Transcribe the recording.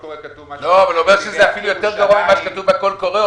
הוא אומר שזה אפילו יותר גרוע ממה שהיה כתוב בקול קורא.